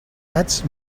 gats